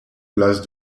place